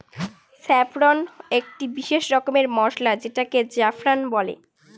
saffron একটি বিশেষ রকমের মসলা যেটাকে জাফরান বলে